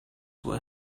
were